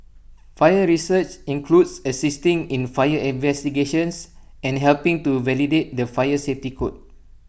fire research includes assisting in fire investigations and helping to validate the fire safety code